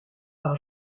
par